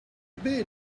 bit